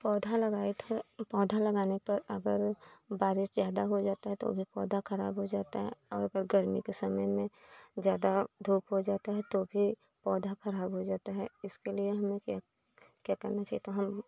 पौधा लगाए थे पौधा लगाने पर अगर बारिश ज्यादा हो जाता है तो वे पौधा खराब हो जाता है और अगर गर्मी के समय में ज्यादा धूप हो जाता तो भी पौधा खराब हो जाता है इसके लिए हमें क्या क्या करना चाहिए तो हम